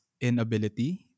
inability